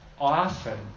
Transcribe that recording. often